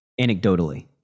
anecdotally